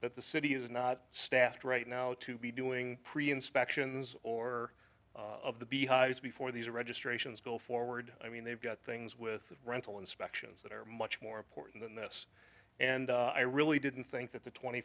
that the city is not staffed right now to be doing pretty inspections or of the beehives before these are registrations go forward i mean they've got things with rental inspections that are much more important than this and i really didn't think that the twenty